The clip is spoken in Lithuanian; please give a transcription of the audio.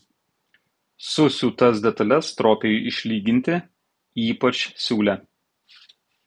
susiūtas detales stropiai išlyginti ypač siūlę